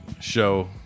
show